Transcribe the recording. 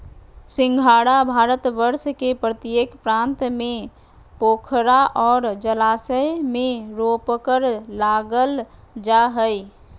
सिंघाड़ा भारतवर्ष के प्रत्येक प्रांत में पोखरा और जलाशय में रोपकर लागल जा हइ